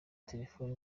telefoni